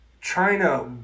China